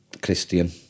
Christian